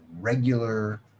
regular